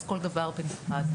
אז כל דבר בנפרד.